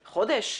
חודש?